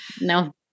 no